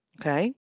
okay